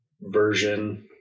version